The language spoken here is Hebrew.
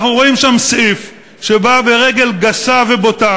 אנחנו רואים שם סעיף שבא ברגל גסה ובוטה,